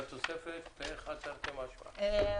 הצבעה הסעיף אושר הסעיף אושר.